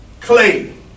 clay